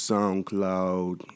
SoundCloud